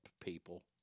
people